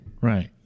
right